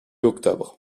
octobre